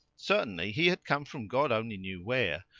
certainly he had come from god only knew where,